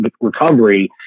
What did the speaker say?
recovery